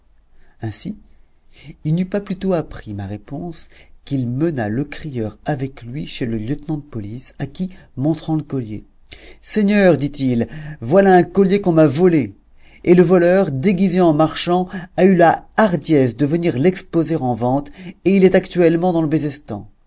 ainsi il n'eut pas plus tôt appris ma réponse qu'il mena le crieur avec lui chez le lieutenant de police à qui montrant le collier seigneur dit-il voilà un collier qu'on m'a volé et le voleur déguisé en marchand a eu la hardiesse de venir l'exposer en vente et il est actuellement dans le bezestan